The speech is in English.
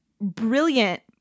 brilliant